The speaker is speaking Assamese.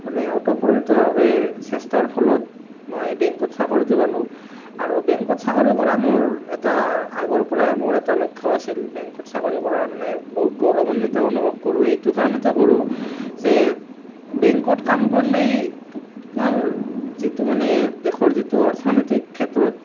মানে ওতঃপ্ৰোতভাৱে চেষ্টাৰ ফলত মই বেংকত চাকৰিটো পালোঁ আৰু বেংকত চাকৰি কৰা মোৰ এটা আগৰ পৰাই মোৰ এটা লক্ষ্য আছিল বেংকত চাকৰি কৰা মানে বহুত গৌৰৱান্বিত অনুভৱ কৰোঁ এইটো কাৰণতে কৰোঁ যে বেংকত কাম কৰিলেই আপনাৰ যিটো মানে দেশৰ যিটো অৰ্থনৈতিক ক্ষেত্ৰত